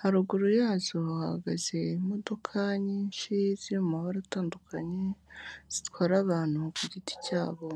haruguru yazo hahagaze imodoka nyinshi ziri mu mabara atandukanye zitwara abantu ku giti cyabo.